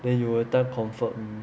then you will every time comfort me